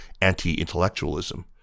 anti-intellectualism